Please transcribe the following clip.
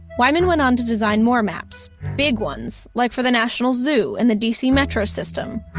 wyman went on to design more maps, big ones, like for the national zoo and the dc metro system,